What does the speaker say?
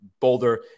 Boulder